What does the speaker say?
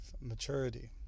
maturity